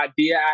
idea